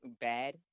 bad